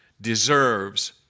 deserves